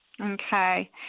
Okay